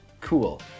Cool